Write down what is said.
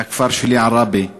מהכפר שלי, עראבה,